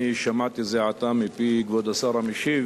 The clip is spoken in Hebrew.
אני שמעתי זה עתה מפי כבוד השר המשיב